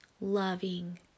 loving